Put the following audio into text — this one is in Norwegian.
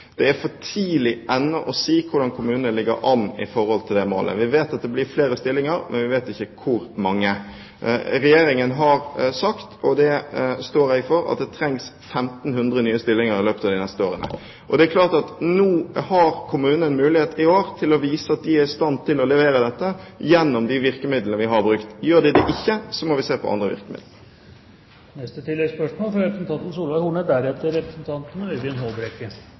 målet. Vi vet at det blir flere stillinger, men vi vet ikke hvor mange. Regjeringen har sagt, og det står jeg for, at det trengs 1 500 nye stillinger i løpet av de neste årene. Kommunene har i år mulighet til å vise at de er i stand til å levere dette, gjennom de virkemidlene vi har brukt. Gjør de det ikke, må vi se på andre virkemidler. Solveig Horne – til oppfølgingsspørsmål. Svarene fra statsråden er bare ikke gode nok. «Barnevernet svikter barn», sa representanten